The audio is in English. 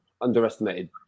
underestimated